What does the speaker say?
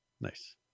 nice